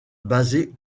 basée